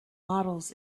models